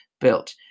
built